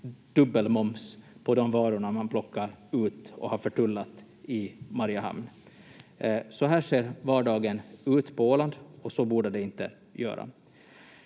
dubbelmoms på de varor man plockar ut och har förtullat i Mariehamn. Så här ser vardagen ut på Åland och så borde det inte göra.